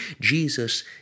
Jesus